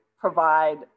provide